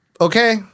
okay